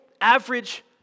average